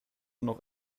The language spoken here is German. noch